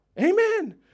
Amen